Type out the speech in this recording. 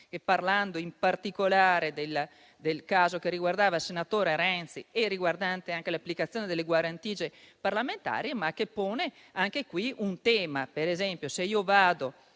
parlando in particolare del caso che riguardava il senatore Renzi e anche l'applicazione delle guarentigie parlamentari, ma che pone anche un altro tema. Per esempio, se io